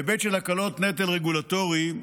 בהיבט של הקלות נטל רגולטורי: